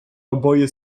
oboje